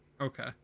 okay